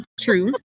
true